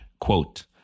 Quote